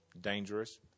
dangerous